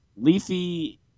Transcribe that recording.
Leafy